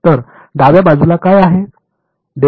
तर डाव्या बाजूला काय आहे